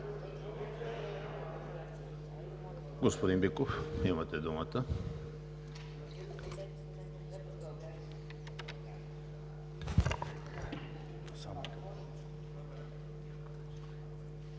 Господин Биков, имате думата.